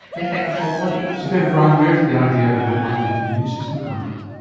they affect the whole body. so david brown, where did the idea that it might be the immune system come from?